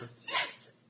Yes